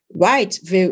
right